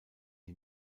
die